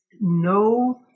no